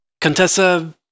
Contessa